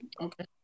Okay